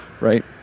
right